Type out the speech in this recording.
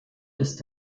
ist